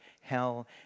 hell